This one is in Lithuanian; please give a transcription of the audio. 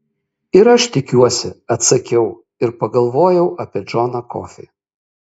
ir aš tikiuosi atsakiau ir pagalvojau apie džoną kofį